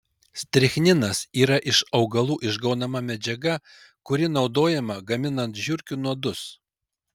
strichninas yra iš augalų išgaunama medžiaga kuri naudojama gaminant žiurkių nuodus